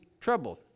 troubled